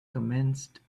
commenced